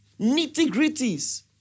nitty-gritties